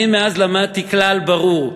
אני מאז למדתי כלל ברור: